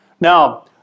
Now